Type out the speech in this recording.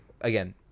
again